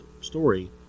story